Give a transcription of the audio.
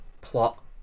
plot